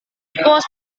pos